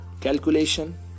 calculation